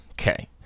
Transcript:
okay